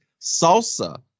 salsa